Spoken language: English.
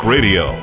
Radio